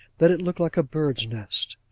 that it looked like a bird's-nest.